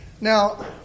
Now